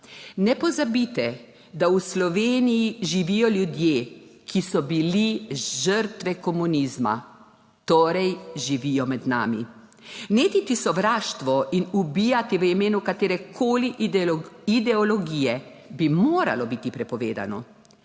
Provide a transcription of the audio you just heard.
Ne pozabite, da v Sloveniji živijo ljudje, ki so bili žrtve komunizma. Torej živijo med nami. Netiti sovraštvo in ubijati v imenu katere koli ideologije bi moralo biti prepovedano.